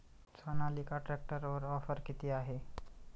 सोनालिका ट्रॅक्टरवर ऑफर किती आहे?